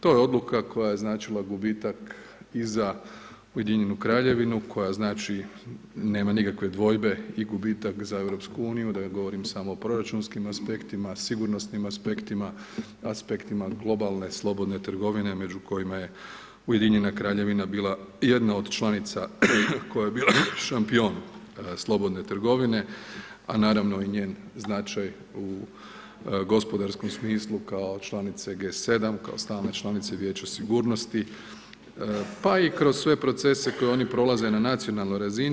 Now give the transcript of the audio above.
To je odluka koja je značila gubitak i za Ujedinjenu Kraljevinu koja znači nema nikakve dvojbe i gubitak za EU, da ne govorim samo o proračunskim aspektima, sigurnosnim aspektima, aspektima globalne, slobodne trgovine među kojima je Ujedinjena Kraljevina bila jedna od članica koja je bila šampion slobodne trgovine, a naravno i njen značaj u gospodarskom smislu kao članice G7, kao stalne članice Vijeća sigurnosti, pa i kroz sve procese koje oni prolaze na nacionalnoj razini.